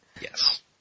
Yes